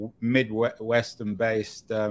Midwestern-based